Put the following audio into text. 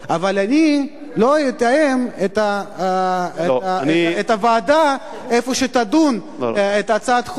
אבל אני לא אתאם את הוועדה שבה תידון הצעת החוק,